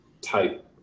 type